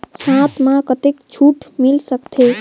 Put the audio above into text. साथ म कतेक छूट मिल सकथे?